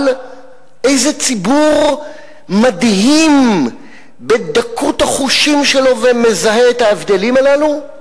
אבל איזה ציבור מדהים בדקות החושים שלו ומזהה את ההבדלים הללו?